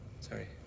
Sorry